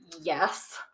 yes